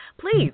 Please